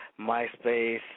MySpace